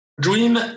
Dream